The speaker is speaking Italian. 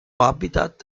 habitat